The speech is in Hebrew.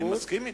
אני מסכים אתך.